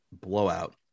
blowout